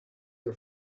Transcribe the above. are